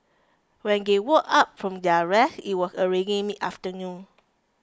when they woke up from their rest it was already mid afternoon